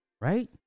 right